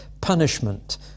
punishment